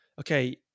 okay